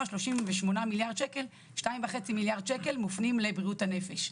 ה-38 מיליארד שקל 2.5 מיליארד שקל מופנים לבריאות הנפש.